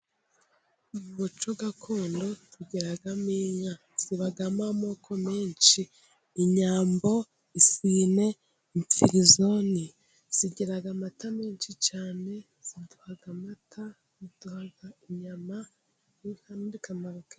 Mu muco gakondo tugiramo inka. Zibamo amoko menshi :inyambo, isine, imfirizone. zigiraga amata menshi cyane ziduha amata ,ziduha inyama n'akandi kamaro kenshi.